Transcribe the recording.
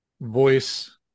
voice